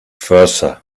further